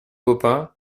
baupin